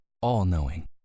all-knowing